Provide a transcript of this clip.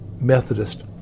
Methodist